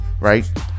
right